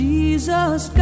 Jesus